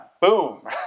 Boom